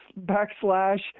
backslash